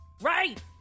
Right